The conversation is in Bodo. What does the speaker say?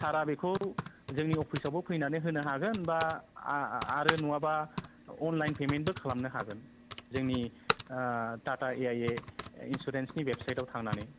सारआ बेखौ जोंनि अफिसआवबो फैनानै होनो हागोन बा आरो नङाबा अनलाइन पेमेन्टबो खालामनो हागोन जोंनि टाटा ए आई ए इन्सुरेन्सनि वेबसाइटयाव थांनानै